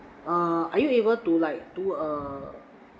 err are you able to like to uh